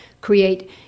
create